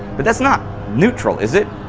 but that's not neutral, is it?